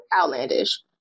outlandish